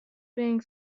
being